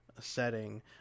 setting